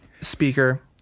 speaker